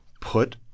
put